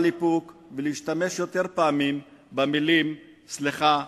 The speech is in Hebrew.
איפוק ולהשתמש יותר פעמים במלים סליחה,